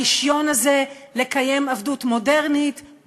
הרישיון הזה לקיים עבדות מודרנית,